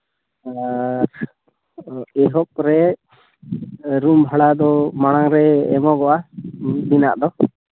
ᱟᱨ ᱮᱦᱚᱵ ᱨᱮ ᱨᱩᱢ ᱵᱷᱟᱲᱟ ᱫᱚ ᱢᱟᱲᱟᱝ ᱨᱮ ᱮᱦᱚᱵᱚᱜᱼᱟ ᱩᱱᱠᱤᱱᱟᱜ ᱫᱚ